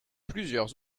plusieurs